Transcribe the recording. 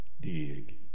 Dig